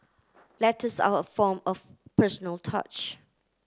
letters are a form of personal touch